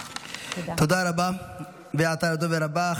תודה רבה, ועתה לדובר הבא.